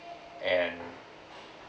and